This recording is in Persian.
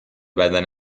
بدن